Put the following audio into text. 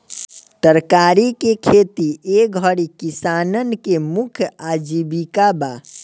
तरकारी के खेती ए घरी किसानन के मुख्य आजीविका बा